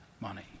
money